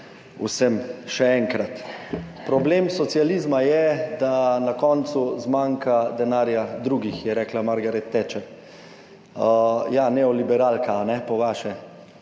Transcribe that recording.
vsem dober dan! Problem socializma je, da na koncu zmanjka denarja drugih, je rekla Margaret Thatcher. Ja, neoliberalka po vaše.